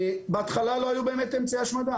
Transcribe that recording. בהתחלה לא היו אמצעי השמדה,